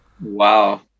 Wow